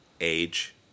age